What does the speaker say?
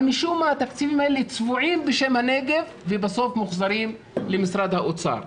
אבל משום מה התקציבים האלה צבועים בשם הנגב ובסוף מוחזרים למשרד האוצר.